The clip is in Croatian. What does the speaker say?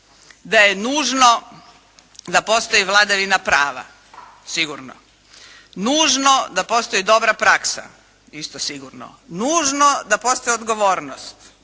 da je nužno da postoji vladavina prava, sigurno. Nužno da postoji dobra praksa, isto sigurno, nužno da postoji odgovornost,